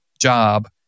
job